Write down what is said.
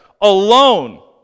alone